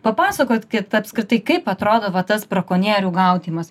papasakokit apskritai kaip atrodo va tas brakonierių gaudymas